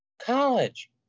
College